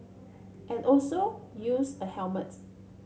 and also use a helmet